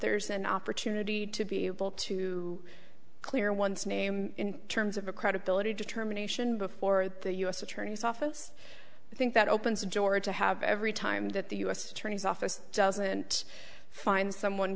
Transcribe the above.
there's an opportunity to be able to clear one's name in terms of a credibility determination before the u s attorney's office i think that opens georgia have every time that the u s attorney's office doesn't find someone